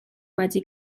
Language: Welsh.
wedi